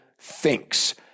thinks